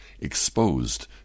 exposed